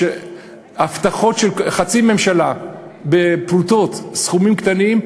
הבטחות של חצי ממשלה בפרוטות, סכומים קטנים,